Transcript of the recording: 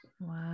Wow